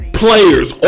players